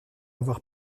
avoir